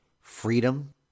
Freedom